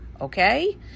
Okay